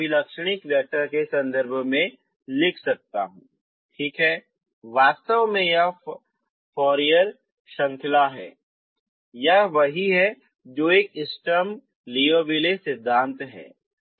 मैं इस अभिलक्षणिक वैक्टर के संदर्भ में लिख सकत हूँ ठीक है वास्तव में यह फ़ौरीर श्रृंखला है यह वही है जो एक स्टर्म लीऔविल्ले सिद्धांत है